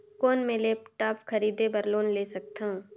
कौन मैं लेपटॉप खरीदे बर लोन ले सकथव?